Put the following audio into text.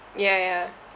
ya ya